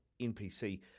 NPC